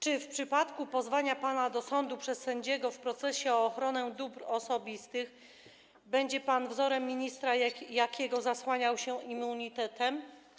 czy w przypadku pozwania pana do sądu przez sędziego w procesie o ochronę dóbr osobistych będzie pan wzorem ministra Jakiego zasłaniał się immunitetem?